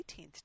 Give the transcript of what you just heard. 18th